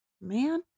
man